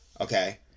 okay